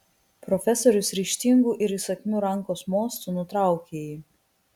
profesorius ryžtingu ir įsakmiu rankos mostu nutraukė jį